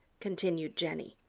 continued jenny.